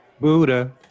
Buddha